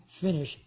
finish